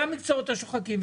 גם המקצועות השוחקים,